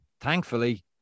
thankfully